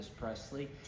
Presley